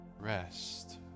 rest